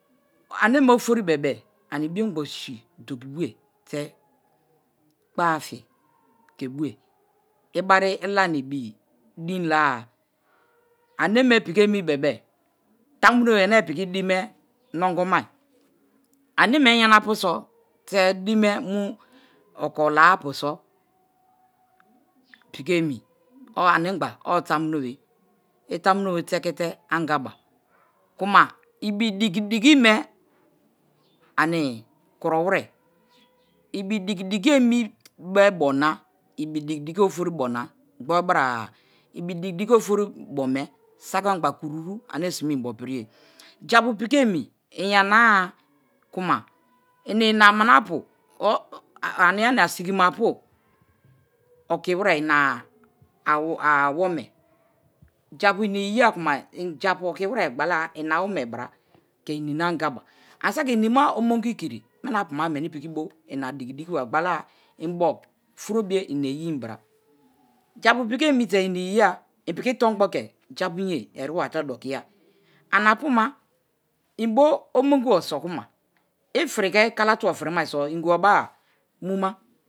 Ane̱me̱ o̱fo̱ri be̱be̱ ani̱ biogbosi do̱kiboe̱ te̱ kpoa̱-a fi̱ dokiboe ibari ilani ibi din la-a. Ane̱me̱ piki emi be̱be̱-e̱ tamunobe ane̱ pikidin me̱ no̱ngo̱ma. Ane̱ me̱ yanaapu so̱ te̱ din me̱ piki mu o̱ko̱ la-a apu̱so̱ piki e̱mi or ani̱ gba o̱ tamunobe̱ i̱ tamunobe̱ teke ama ba kuma ibidiki diki me̱ ani̱ kuro̱we̱re̱, ibidiki omi̱ bo̱ na ibidikidiki o̱fo̱ri bo̱ gboru bara-a ibidikidiki ane̱ si̱ me̱ i̱na piri ye̱. Japu piki omi iyana ku̱ma i̱ni̱na mina pun or ania nia sigima apu okiwe̱re̱ ina aswome japu ini iyiya kuma injapu okiwe̱re̱ gbala ina-awome bo̱ra te̱ inina-angaba anisaki ini ma omongikiri mina-apuma me̱ni̱ piki bo̱ ina dikidiki ba gbala inbo̱ furo bio ina iyi bara japu piki o̱mi te̱ ini iyaya inpiki to̱rhngbo̱ ke̱ japu ye̱a eriba te̱ dokiya. Anapu̱ma imbo o̱mngibo̱ so̱ku̱ma i̱fi̱ri̱ ke̱ kalatu̱bo̱ fi̱ri̱mari̱ so̱ i̱ngi̱bo be̱ba mu̱ma.